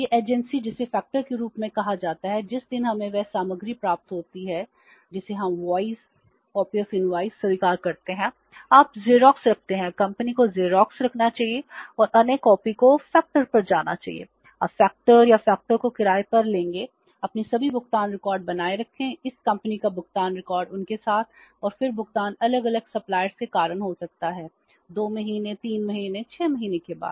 यह एजेंसी के कारण हो सकता है 2 महीने 3 महीने 6 महीने के बाद